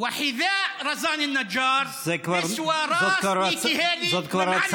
והנעל של רזאן נג'אר שווה לראש של ניקי היילי ולבוס